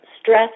stress